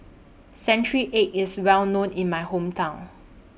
Century Egg IS Well known in My Hometown